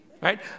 Right